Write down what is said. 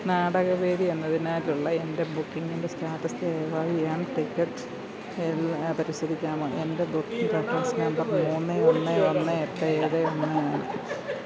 നാടകവേദി എന്നതിനായിട്ടുള്ള എൻ്റെ ബുക്കിംഗിൻ്റെ സ്റ്റാറ്റസ് ദയവായി എം ടിക്കറ്റിൽ പരിശോധിക്കാമോ എൻ്റെ ബുക്കിംഗ് റഫറൻസ് നമ്പർ മൂന്ന് ഒന്ന് ഒന്ന് എട്ട് ഏഴ് ഒന്ന് ആണ്